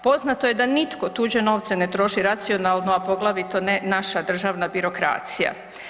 Poznato je da nitko tuđe novce ne troši racionalno, a poglavito ne naša državna birokracija.